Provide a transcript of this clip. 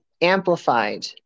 amplified